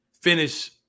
finish